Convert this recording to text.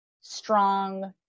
strong